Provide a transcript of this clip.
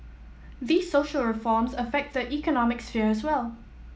these social reforms affect the economic sphere as well